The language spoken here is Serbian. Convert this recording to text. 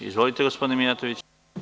Izvolite gospodine Mijatović.